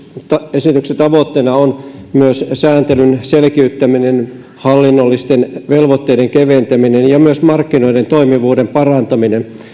esityksen tavoitteena on sääntelyn selkiyttäminen hallinnollisten velvoitteiden keventäminen ja myös markkinoiden toimivuuden parantaminen